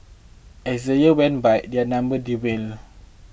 as the years went by their number dwindled